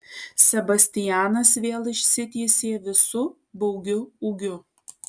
sebastianas vėl išsitiesė visu baugiu ūgiu